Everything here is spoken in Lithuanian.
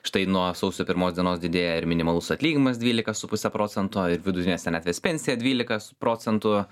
štai nuo sausio pirmos dienos didėja ir minimalus atlyginimas dvylika su puse procento ir vidutinė senatvės pensija dvylika s procentų